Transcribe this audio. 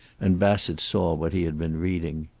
and bassett saw what he had been reading.